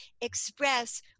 express